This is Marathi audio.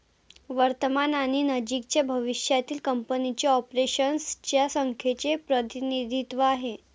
वर्तमान आणि नजीकच्या भविष्यातील कंपनीच्या ऑपरेशन्स च्या संख्येचे प्रतिनिधित्व आहे